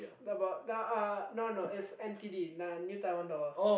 about nah uh no no it's N_T_D uh New Taiwan Dollar